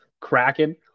cracking